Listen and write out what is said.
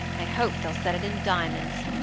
i hope they'll set it in diamonds,